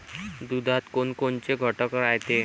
दुधात कोनकोनचे घटक रायते?